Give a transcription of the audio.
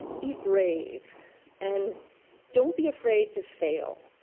be brave and don't be afraid to fail.